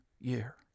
year